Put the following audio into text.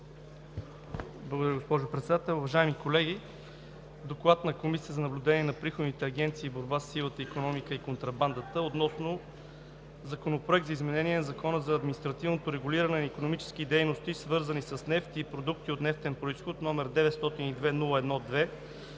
Благодаря, госпожо Председател. Уважаеми колеги, „ДОКЛАД на Комисията за наблюдение на приходните агенции и борба със сивата икономика и контрабандата относно Законопроект за изменение на Закона за административното регулиране на икономически дейности, свързани с нефт и продукти от нефтен произход, № 902-01-2,